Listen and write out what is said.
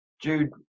jude